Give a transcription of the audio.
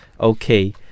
okay